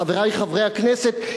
חברי חברי הכנסת,